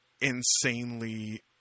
insanely